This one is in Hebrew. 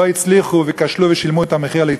הצליחו וכשלו ושילמו את המחיר על התנהגותם.